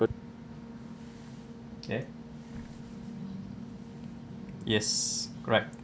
but eh yes correct